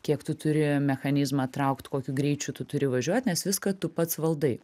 kiek tu turi mechanizmą traukt kokiu greičiu tu turi važiuot nes viską tu pats valdai